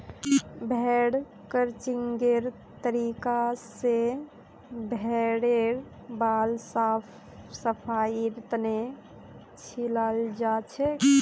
भेड़ क्रचिंगेर तरीका स भेड़ेर बाल साफ सफाईर तने छिलाल जाछेक